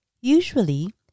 Usually